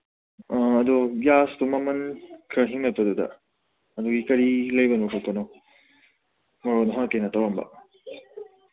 ꯑꯥ ꯑꯗꯨ ꯒ꯭ꯌꯥꯁꯇꯨ ꯃꯃꯟ ꯈꯔ ꯍꯦꯟꯒꯠꯄꯗꯨꯗ ꯑꯗꯨꯒꯤ ꯀꯔꯤ ꯂꯩꯕꯅꯣ ꯈꯣꯠꯄꯅꯣ ꯅꯉꯣꯟ ꯍꯪꯉꯛꯀꯦꯅ ꯇꯧꯔꯝꯕ